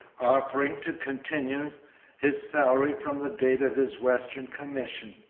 offering to continue his salary from the date of his western commission.